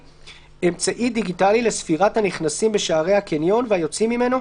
אמצעי דיגיטלי לספירת הנכנסים בשערי הקניון והיוצאים ממנו,